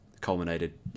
culminated